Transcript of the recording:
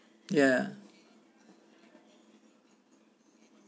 ya